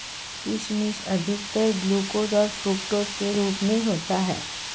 किशमिश अधिकतर ग्लूकोस और फ़्रूक्टोस के रूप में होता है